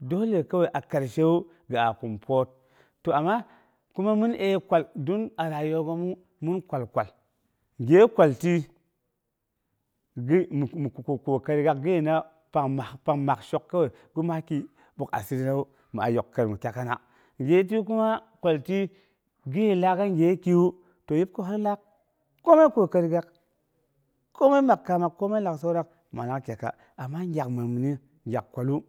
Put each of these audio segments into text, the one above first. Dole kowai a karshewu ya a kum puur, ama kuma min ee kwal dun a rayuwa goomu min kwal kwal gye kwati mi kwa kokarig aak gɨina pangmak pang mak shoa kowai ati bək asirina wu ma yok kəi mi tagana gyeki ti kuna kwalti gi bi laak mi gyekiwu to yit komin kokari gaak komin mak kaamak komi you soraak malak talega, ama gyak məi minu gyak kwalu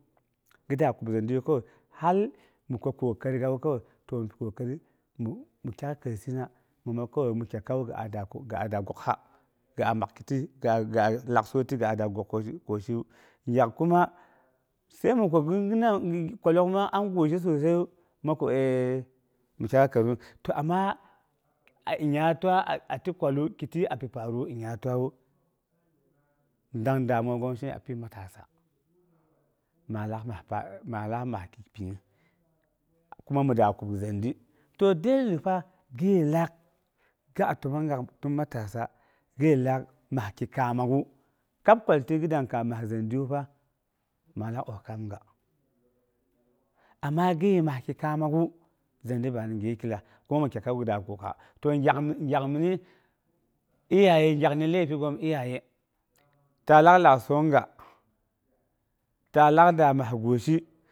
gi da kwallosin hal mi kwa kokari gaaka kowai. To mi pi kokari mi taga kəiyosɨna, mi mab kowa ko a da gogha gi a maktiti da a da laksoiti da a da koshiwu gyak kuma, sai mi lawa kwallook na aami guisi susaiyu mi kwo eee mi nimda a kəmong. to aana a tua a ti nyingnya kigu ati pi faruwu, nyingnya tawu dang damuwa goom a pyi matasa ma laak bak ki pinung ami da kub zindi. To dole fa gyeye laak, ga təmmy ko gin matasa, gi bilaak man ki kaamaak'u kwalti gi yaat kaamak zindiwa fa min lak os kaamga, ama gi mas ki kaamaak'u zindi bani gyek lagai, ko mi gyekaigi dangi kuk'a. Iyaye gyak ni laifi goom iyaye ti lak la'as so iga ta laak da bak guisi.